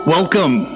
Welcome